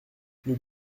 nous